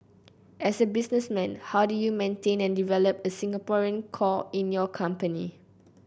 as a businessman how do you maintain and develop a Singaporean core in your company